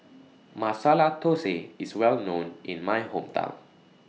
Masala Thosai IS Well known in My Hometown